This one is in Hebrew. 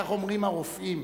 כך אומרים הרופאים.